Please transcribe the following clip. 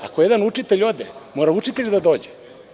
Ako jedan učitelj ode, mora drugi da dođe.